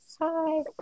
Hi